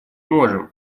можем